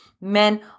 men